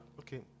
Okay